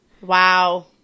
Wow